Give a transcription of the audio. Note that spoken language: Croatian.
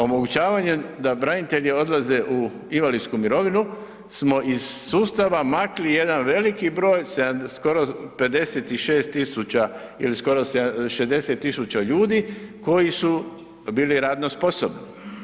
Omogućavanje da branitelji odlaze u invalidsku mirovinu smo iz sustava makli jedan veliki broj skoro 56.000 ili skoro 60.000 ljudi koji su bili radno sposobni.